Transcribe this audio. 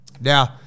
now